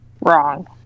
wrong